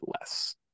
less